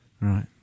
Right